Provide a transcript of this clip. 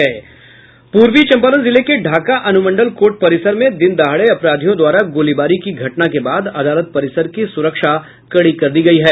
पूर्वी चंपारण जिले के ढांका अनुमंडल कोर्ट परिसर में दिन दहाड़े अपराधियों द्वारा गोलीबारी की घटना के बाद अदालत परिसर की सुरक्षा कड़ी कर दी गयी है